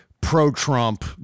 pro-Trump